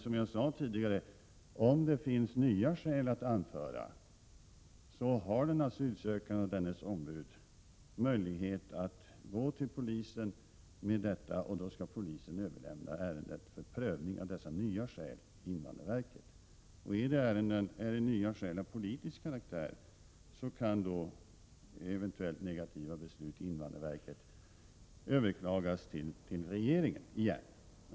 Som jag sade tidigare: Om det finns nya skäl att anföra, har den asylsökande eller dennes ombud möjlighet att vända sig till polisen med detta, och då skall polisen överlämna ärendet till invandrarverket för prövning av dessa nya skäl. Är de nya skälen av politisk karaktär, kan ett eventuellt negativt beslut av invandrarverket överklagas till regeringen igen.